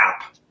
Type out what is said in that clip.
app